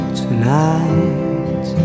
tonight